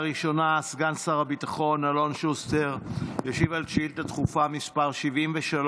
שאילתה ראשונה: סגן שר הביטחון אלון שוסטר ישיב על שאילתה דחופה מס' 73,